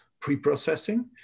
pre-processing